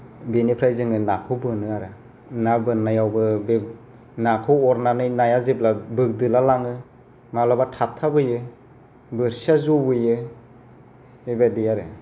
बेनिफ्राय जोङो नाखौ बोनो आरो ना बोननायावबो बे नाखौ अरनानै नाया जेब्ला बोग्दोलालाङो मालाबा थाबथाबोयो बोरसिया जबोयो बेबायदि आरो